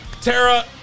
Tara